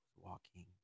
walking